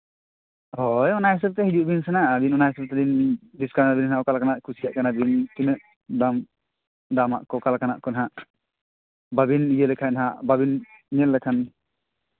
ᱦᱳᱭ ᱚᱱᱟ ᱦᱤᱥᱟᱹᱵ ᱛᱮ ᱦᱤᱡᱩᱜ ᱵᱮᱱ ᱥᱮᱱᱟᱜ ᱟᱹᱞᱤᱧ ᱚᱱᱟ ᱦᱤᱥᱟᱹᱵ ᱛᱮᱞᱤᱧ ᱰᱤᱥᱠᱟᱣᱩᱱᱴ ᱟᱵᱮᱱᱟ ᱚᱠᱟ ᱞᱮᱠᱟᱱᱟᱜ ᱠᱷᱩᱥᱤᱭᱟᱜ ᱠᱟᱱᱟ ᱵᱤᱱ ᱛᱤᱱᱟᱹᱜ ᱫᱟᱢ ᱫᱟᱢ ᱠᱚ ᱚᱠᱟ ᱞᱮᱠᱟᱱᱟᱜ ᱠᱚ ᱦᱟᱸᱜ ᱵᱟᱹᱵᱤᱱ ᱤᱭᱟᱹ ᱞᱮᱠᱷᱟᱱ ᱦᱟᱸᱜ ᱵᱟᱹᱵᱤᱱ ᱧᱮᱞ ᱞᱮᱠᱷᱟᱱ